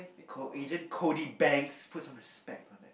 co Agent-Cody-Banks put some respect